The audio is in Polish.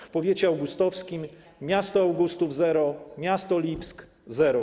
W powiecie augustowskim: miasto Augustów - zero, miasto Lipsk - zero.